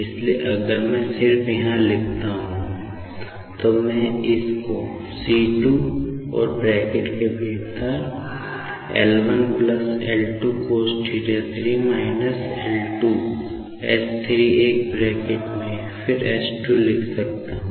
इसलिए अगर मैं सिर्फ यहां लिखता हूं तो मैं इस को c 2 और ब्रैकेट के भीतर L 1 plus L 2 cosθ 3 L 2 s 3 एक ब्रैकेट में फिर s 2 लिख सकता हूं